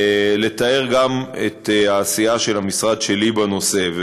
לתאר גם את העשייה של המשרד שלי בנושא.